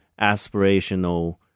aspirational